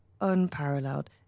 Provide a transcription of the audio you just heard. unparalleled